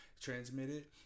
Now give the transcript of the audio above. transmitted